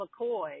McCoy